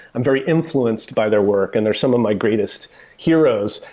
i'm very influenced by their work and they're some of my greatest heroes.